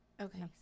Okay